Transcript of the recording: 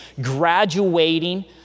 graduating